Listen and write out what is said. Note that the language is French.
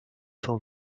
cent